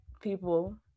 people